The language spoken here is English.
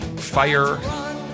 Fire